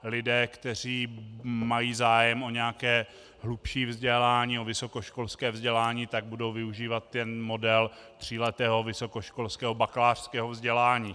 Lidé, kteří mají zájem o hlubší vzdělání, o vysokoškolské vzdělání, budou využívat model tříletého vysokoškolského bakalářského vzdělání.